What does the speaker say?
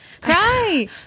Cry